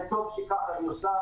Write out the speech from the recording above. וטוב שכך היא עושה.